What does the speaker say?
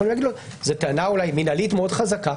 הוא יכול להגיד לו: זאת טענה אולי מינהלית מאוד חזקה,